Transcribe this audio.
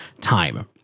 time